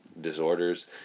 disorders